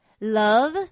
Love